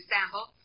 Sample